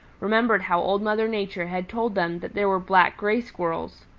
remembered how old mother nature had told them that there were black gray squirrels.